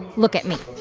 look at me.